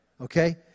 Okay